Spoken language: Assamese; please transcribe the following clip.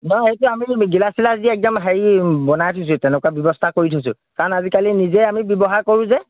নহয় এতিয়া আমি গিলাছ চিলাছ দি একদম হেৰি বনাই থৈছোঁ তেনেকুৱা ব্যৱস্থা কৰি থৈছোঁ কাৰণ আজিকালি নিজে আমি ব্যৱহাৰ কৰোঁ যে